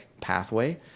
pathway